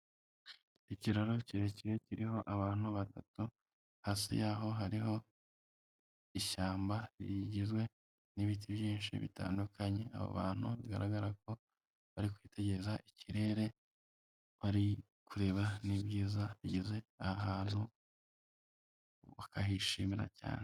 Ikiraro kirekire kiriho abantu batatu hasi yaho hariho ishyamba rigizwe n'ibiti byinshi bitandukanye, abo bantu bigaragara ko bari kwitegereza ikirere bari kureba n'ibyiza bigize aha hantu, bakahishimira cyane.